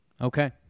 Okay